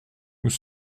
nous